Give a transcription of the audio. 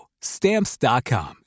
Stamps.com